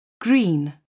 Green